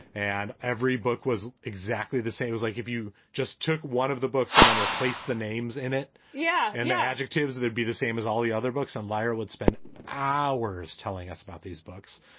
and every book was exactly the same was like if you just took one of the books and then replaced the names in it. yeah. and the adjectives there'd be the same as all the other books on lyr would spend hours telling us about these books.